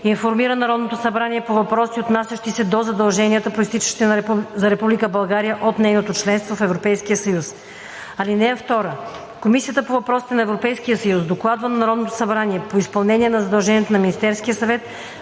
информира Народното събрание по въпроси, отнасящи се до задълженията, произтичащи за Република България от нейното членство в Европейския съюз. (2) Комисията по въпросите на Европейския съюз докладва на Народното събрание по изпълнение задължението на Министерския съвет